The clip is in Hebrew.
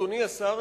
אדוני השר,